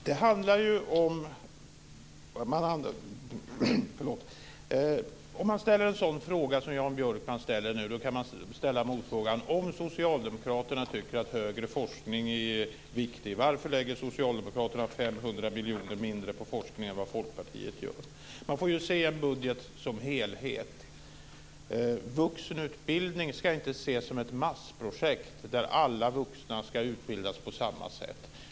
Fru talman! Om man ställer en sådan fråga som Jan Björkman ställer, kan man ställa motfrågan: Om socialdemokraterna tycker att högre forskning är viktig, varför lägger då socialdemokraterna 500 miljoner mindre på forskning än vad Folkpartiet gör? Man får ju se en budget som en helhet. Vuxenutbildning ska inte ses som ett massprojekt där alla vuxna ska utbildas på samma sätt.